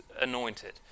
anointed